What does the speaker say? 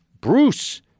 Bruce